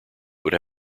would